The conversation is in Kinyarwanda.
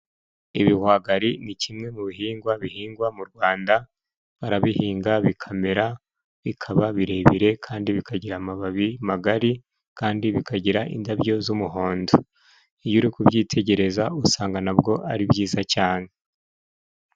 Ibihwagari ni kimwe mu bihingwa bihingwa mu Rwanda, barabihinga bikamera bikaba birebire kandi bikagira amababi magari, kandi bikagira indabyo z'umuhondo. Iyo uri kubyitegereza usanga nabwo ari byiza cyane.